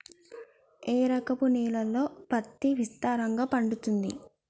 ఏ రకపు నేలల్లో పత్తి విస్తారంగా పండుతది?